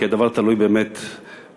כי הדבר תלוי באמת בנו,